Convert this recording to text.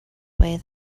way